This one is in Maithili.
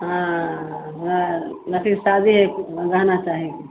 हाँ लड़की कऽ शादी हइ गहना चाही